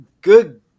good